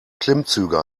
klimmzüge